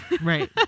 Right